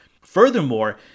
Furthermore